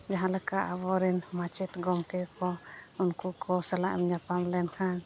ᱡᱟᱦᱟᱸᱞᱮᱠᱟ ᱟᱵᱚᱨᱮᱱ ᱢᱟᱪᱮᱫ ᱜᱚᱢᱠᱮᱠᱚ ᱩᱱᱠᱚᱠᱚ ᱥᱟᱞᱟᱜ ᱮᱢ ᱧᱟᱯᱟᱢ ᱞᱮᱱᱠᱷᱟᱱ